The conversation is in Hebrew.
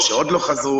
או שעוד לא חזרו,